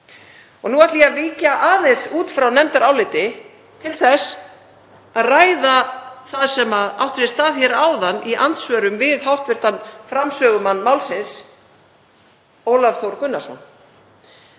Nú ætla ég að víkja aðeins út frá nefndarálitinu til þess að ræða það sem átti sér stað áðan í andsvörum við hv. framsögumann málsins, Ólaf Þór Gunnarsson.